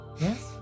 Yes